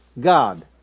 God